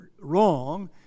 WRONG